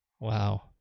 wow